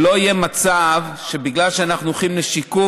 שלא יהיה מצב שבגלל שאנחנו הולכים לשיקום